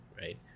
right